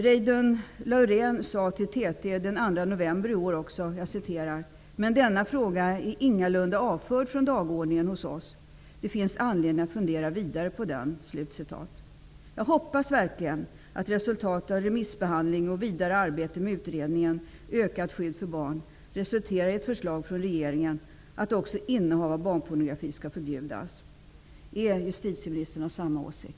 Reidunn Laurén sade till TT den 2 november i år: ''Men denna fråga är ingalunda avförd från dagordningen hos oss. Det finns anledning att fundera vidare på den.'' Jag hoppas verkligen att resultatet av remissbehandlingen och vidare arbete med utredningen ''Ökat skydd för barn'' resulterar i ett förslag från regeringen om att också innehav av barnpornografi skall förbjudas. Är justitieministern av samma åsikt?